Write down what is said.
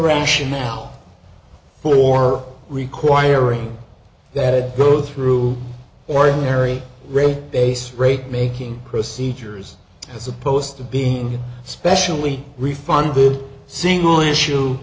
rationale for requiring that it go through ordinary really base rate making procedures as opposed to being specially refunded single issue